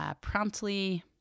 Promptly